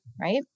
right